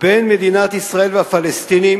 בין מדינת ישראל לפלסטינים